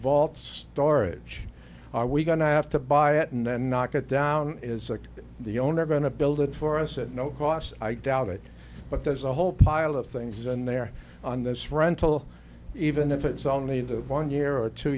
vaults storage are we going to have to buy it and then knock it down is the owner going to build it for us at no cost i doubt it but there's a whole pile of things and there on this frontal even if it's only the one year or two